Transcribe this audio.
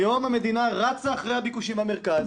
היום המדינה רצה אחרי הביקושים במרכז.